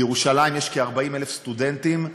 בירושלים יש כ-40,000 סטודנטים,